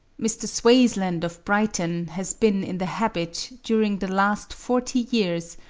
mr. swaysland of brighton has been in the habit, during the last forty years,